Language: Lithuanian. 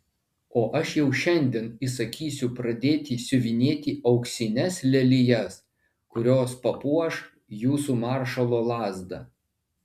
o aš jau šiandien įsakysiu pradėti siuvinėti auksines lelijas kurios papuoš jūsų maršalo lazdą